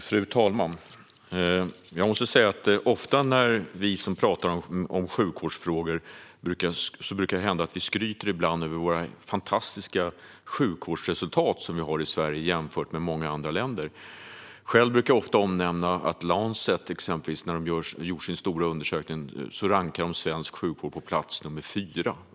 Fru talman! Jag måste säga att vi som talar om sjukvårdsfrågor ibland skryter om de fantastiska sjukvårdsresultat vi har i Sverige jämfört med många andra länder. Själv brukar jag ofta omnämna att The Lancet i sin stora undersökning rankade svensk sjukvård på plats nr 4.